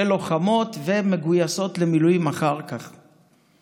שלוחמות ומגויסות אחר כך למילואים.